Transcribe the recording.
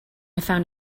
found